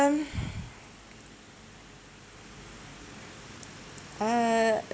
um uh